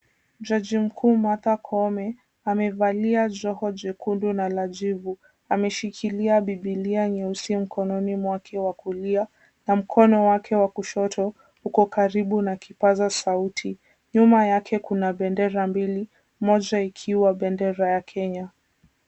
Jaji mkuu Martha Koome amevalia joho jekundu na la jivu, ameshikilia Bibilia nyeusi mkononi mwake wa kulia na mkono wake wa kushoto uko karibu na kipaza sauti. Nyuma yake kuna bendera mbili moja ikiwa bendera ya Kenya.